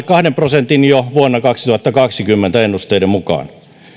kahden prosentin jo vuonna kaksituhattakaksikymmentä ennusteiden mukaan